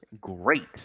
great